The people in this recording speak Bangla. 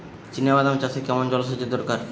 চিনাবাদাম চাষে কেমন জলসেচের দরকার?